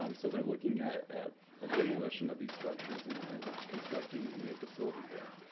um so they're looking at at a demolition of these structures and and constructing a new facility there.